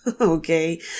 Okay